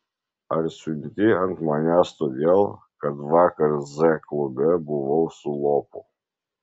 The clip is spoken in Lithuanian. ar siunti ant manęs todėl kad vakar z klube buvau su lopu